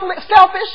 selfish